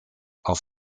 auf